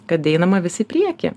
kad einama vis į priekį